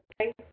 okay